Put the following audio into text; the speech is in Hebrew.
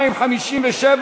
1257,